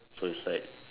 so it's like